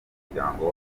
muryango